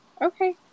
Okay